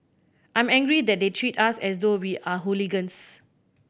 I'm angry that they treat us as though we are hooligans